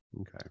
okay